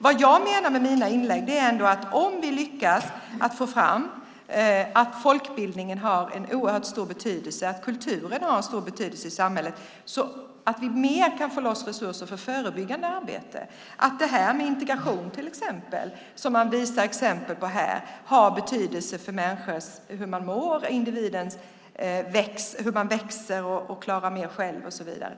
Vad jag i mina inlägg menat är att vi, om vi lyckas få fram att folkbildningen och kulturen har en oerhört stor betydelse i samhället, kan få loss mer resurser till det förebyggande arbetet. Integrationen har - det ger man här exempel på - betydelse för hur människor mår, för hur individen växer och klarar mer själv och så vidare.